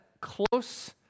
close